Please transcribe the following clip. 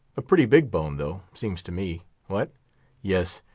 a pretty big bone though, seems to me what yes,